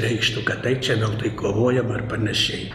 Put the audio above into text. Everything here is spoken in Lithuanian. reikštų kad tai čia gal tai kovojam ar panašiai